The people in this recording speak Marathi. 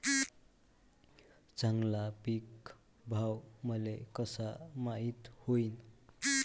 चांगला पीक भाव मले कसा माइत होईन?